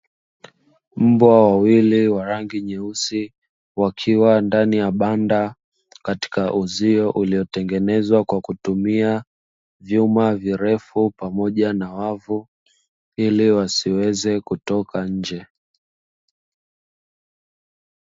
Mbwa wawili wa rangi nyeusi, wakiwa ndani ya banda katika uzio uliotengenezwa kwa kitumia vyuma virefu pamoja na wavu ili wasiweze kutoka nje.